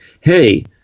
hey